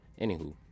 Anywho